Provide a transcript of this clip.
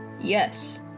Yes